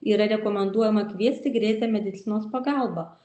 yra rekomenduojama kviesti greitąją medicinos pagalbą